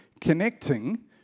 connecting